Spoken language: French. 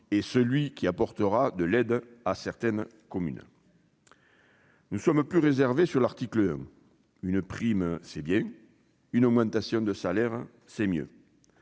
un autre pour apporter de l'aide à certaines communes. Nous sommes plus réservés sur l'article 1. Une prime, c'est bien ; une augmentation de salaire, c'est mieux